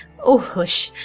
oh hush,